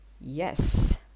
Yes